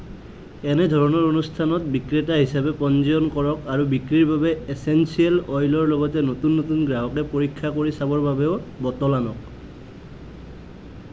এনেধৰণৰ অনুষ্ঠানত বিক্ৰেতা হিচাপে পঞ্জীয়ন কৰক আৰু বিক্ৰীৰ বাবে এছেঞ্চিয়েল অইলৰ লগতে নতুন নতুন গ্ৰাহকে পৰীক্ষা কৰি চাবৰ বাবেও বটল আনক